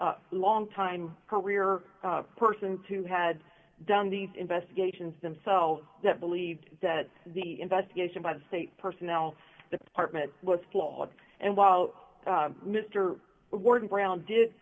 a long time career persons who had done these investigations themselves that believed that the investigation by the state personnel department was flawed and while mr warden brown did